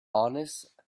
honest